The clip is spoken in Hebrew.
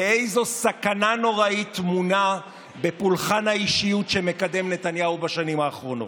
ואיזו סכנה נוראית טמונה בפולחן האישיות שמקדם נתניהו בשנים האחרונות.